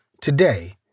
today